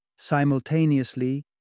Simultaneously